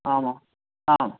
आमाम्